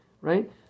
right